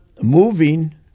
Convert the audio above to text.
moving